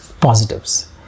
positives